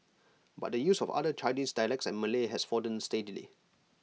but the use of other Chinese dialects and Malay has fallen steadily